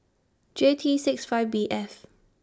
J T six five B F